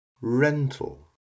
rental